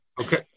Okay